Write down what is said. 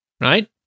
Right